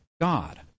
God